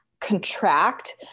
contract